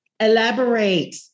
elaborate